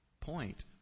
point